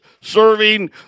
serving